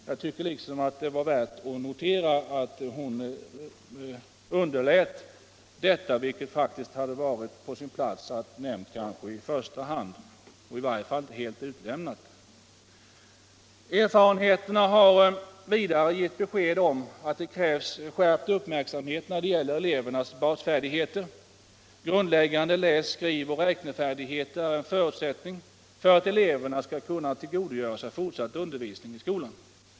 Jag tycker att det var värt att notera att hon underlät att nämna detta. Det förvånar en del. Erfarenheterna har vidare givit besked om att det krävs skärpt uppmärksamhet när det gäller elevernas basfärdigheter. Grundläggande läs-, skrivoch räknefärdigheter är en förutsättning för att eleverna skall kunna tillgodogöra sig fortsatt undervisning i skolan.